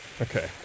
Okay